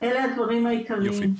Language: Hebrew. אלו הדברים העיקריים.